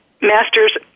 master's